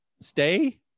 stay